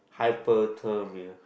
hyperthermia